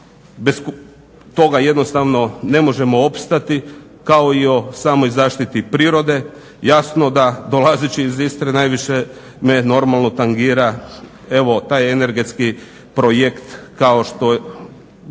bez toga jednostavno ne možemo opstati, kao i o samoj zaštiti prirode. Jasno da dolazeći iz Istre najviše me normalno tangira evo taj energetski projekt kao što,